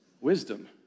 Wisdom